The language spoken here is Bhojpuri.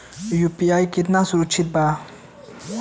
यू.पी.आई कितना सुरक्षित बा?